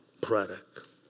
product